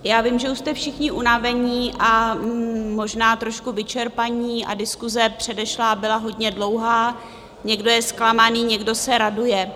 Já vím, že už jste všichni unavení a možná trošku vyčerpaní a diskuse předešlá byla hodně dlouhá, někdo je zklamaný, někdo se raduje.